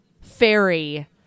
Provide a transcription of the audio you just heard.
fairy